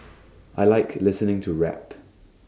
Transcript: I Like listening to rap